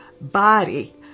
body